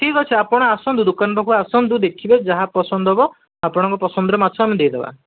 ଠିକ୍ ଅଛି ଆପଣ ଆସନ୍ତୁ ଦୋକାନ ପାଖକୁ ଆସନ୍ତୁ ଦେଖିବେ ଯାହା ପସନ୍ଦ ହେବ ଆପଣଙ୍କ ପସନ୍ଦର ମାଛ ଆମେ ଦେଇଦେବା